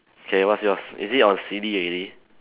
okay what's yours is it on silly already